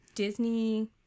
Disney